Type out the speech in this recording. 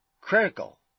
critical